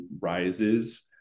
rises